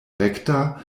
rekta